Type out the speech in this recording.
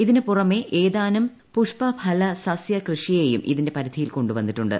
ഇതിനുപുറമെ ഏതാനും പുഷ്പഫല സസ്യകൃഷിയേയും ഇതിന്റെ പരിധിയിൽ കൊണ്ടുവന്നിട്ടുണ്ട്